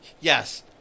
yes